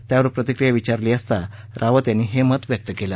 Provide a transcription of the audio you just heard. त्यावर प्रतिक्रिया विचारली असता रावत यांनी हे मत व्यक्त केलं